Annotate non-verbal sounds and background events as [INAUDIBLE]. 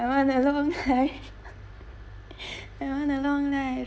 I want a long life [LAUGHS] I want a long life